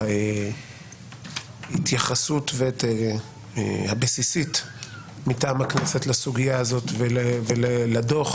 ההתייחסות הבסיסית מטעם הכנסת לסוגיה הזאת ולדוח